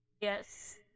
Yes